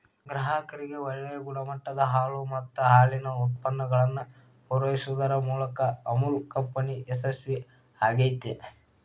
ಗ್ರಾಹಕರಿಗೆ ಒಳ್ಳೆ ಗುಣಮಟ್ಟದ ಹಾಲು ಮತ್ತ ಹಾಲಿನ ಉತ್ಪನ್ನಗಳನ್ನ ಪೂರೈಸುದರ ಮೂಲಕ ಅಮುಲ್ ಕಂಪನಿ ಯಶಸ್ವೇ ಆಗೇತಿ